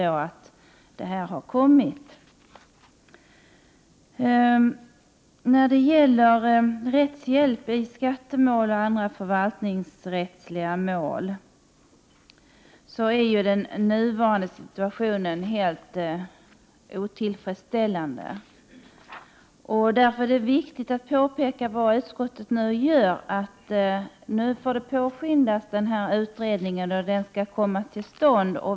När det gäller rättshjälp i skattemål och andra förvaltningsrättsliga mål är den nuvarande situationen helt otillfredsställande. Därför är det viktigt att påpeka, som utskottet också gör, att utredningen måste påskyndas.